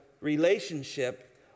relationship